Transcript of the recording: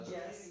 Yes